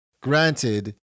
granted